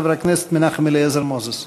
חבר הכנסת מנחם אליעזר מוזס.